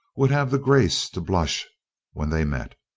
would have the grace to blush when they met.